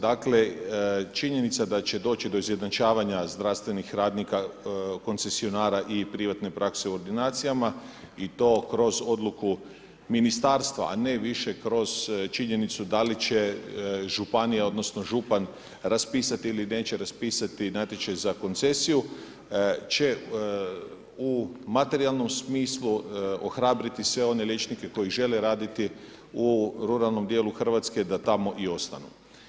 Dakle, činjenica da će doći do izjednačavanja zdravstvenih radnika, koncesionara i privatne prakse u ordinacijama i to kroz odluku ministarstva, a ne više kroz činjenicu da li će županija odnosno župan raspisati ili neće raspisati natječaj za koncesiju će u materijalnom smislu ohrabriti sve one liječnike koji žele raditi u ruralnom dijelu RH da tamo i ostanu.